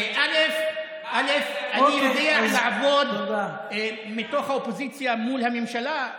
אני יודע לעבוד מתוך האופוזיציה מול הממשלה,